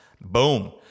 boom